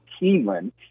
Keeneland